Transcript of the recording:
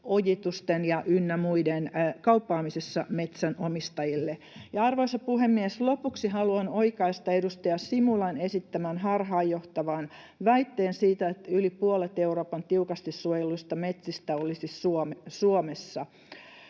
ojitusten ynnä muiden kauppaamisessa metsänomistajille. Arvoisa puhemies! Lopuksi haluan oikaista edustaja Simulan esittämän harhaanjohtavan väitteen siitä, että yli puolet Euroopan tiukasti suojelluista metsistä olisi Suomessa.